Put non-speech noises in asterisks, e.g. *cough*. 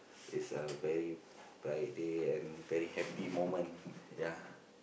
it's a very bright day and very happy moment *breath* ya